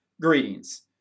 Greetings